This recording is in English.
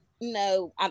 No